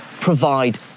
provide